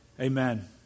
Amen